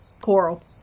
coral